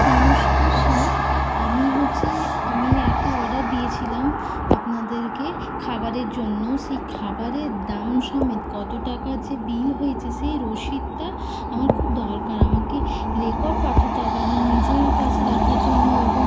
নমস্কার স্যার আমি হচ্ছে আমি একটা অর্ডার দিয়েছিলাম আপনাদেরকে খাবারের জন্য সেই খাবারের দাম সমেত কত টাকা যে বিল হয়েছে সেই রশিদটা আমার খুব দরকার আমাকে রেকর্ড পাঠাতে হবে আমার নিজের কাছে রাখার জন্য এবং